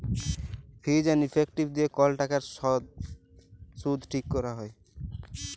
fees and effective দিয়ে call টাকার শুধ ঠিক ক্যরা হ্যয়